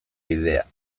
bidea